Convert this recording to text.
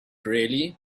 really